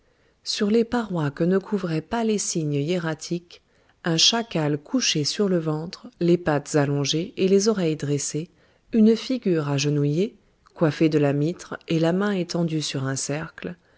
long des parois que ne couvraient pas les signes hiératiques un chacal couché sur le ventre les pattes allongées les oreilles dressées et une figure agenouillée coiffée de la mitre la main étendue sur un cercle